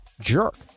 jerk